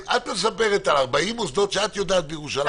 תהלה מספרת על 40 מוסדות שהיא יודעת שהם פתוחים בירושלים.